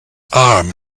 arm